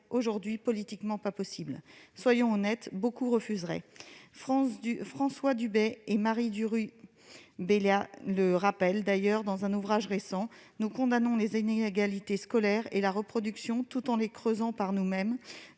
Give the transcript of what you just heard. aujourd'hui, politiquement possible ; soyons honnêtes, beaucoup refuseraient. François Dubet et Marie Duru-Bellat le rappellent d'ailleurs dans un ouvrage récent :« Nous condamnons les inégalités scolaires et la reproduction tout en les creusant par nous-mêmes,